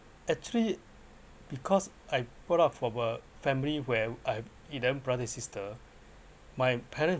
actually because I grow up from a family where I either brother or sister my parents